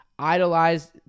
idolized